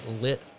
lit